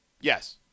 Yes